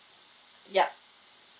yup